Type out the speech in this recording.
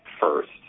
first